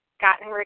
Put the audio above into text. gotten